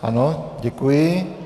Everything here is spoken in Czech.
Ano, děkuji.